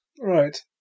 Right